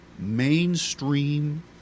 mainstream